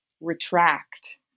retract